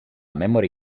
memory